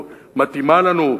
מתאים לנו,